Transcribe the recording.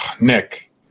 Nick